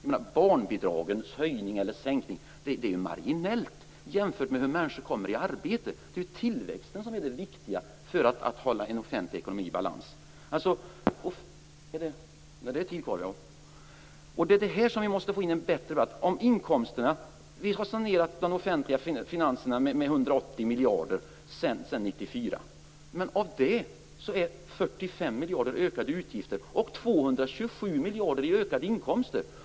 En höjning eller sänkning av barnbidraget är marginellt jämfört med hur människor kommer i arbete. Det är tillväxten som är det viktiga för att vi skall kunna ha en offentlig ekonomi i balans. Vi måste få en bättre debatt om detta. Vi har sanerat de offentliga finanserna med 180 miljarder sedan 1994, men av det är 45 miljarder ökade utgifter och 227 miljarder är ökade inkomster.